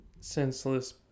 Senseless